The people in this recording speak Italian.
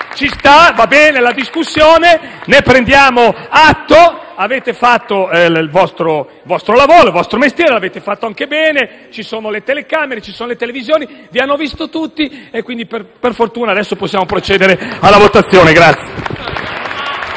M5S)*. Va bene la discussione, ci sta, ne prendiamo atto, avete fatto il vostro mestiere, lo avete fatto anche bene, ci sono le telecamere, ci sono le televisioni, vi hanno visto tutti e quindi per fortuna adesso possiamo procedere alla votazione.